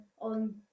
on